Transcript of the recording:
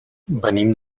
venim